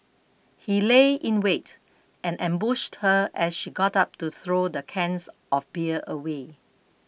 he lay in wait and ambushed her as she got up to throw the cans of beer away